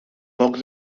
poc